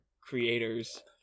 creators